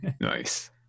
nice